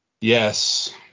Yes